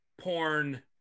porn